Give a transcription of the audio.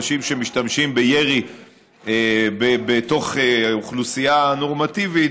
אנשים שמשתמשים בירי בתוך האוכלוסייה נורמטיבית